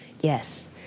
Yes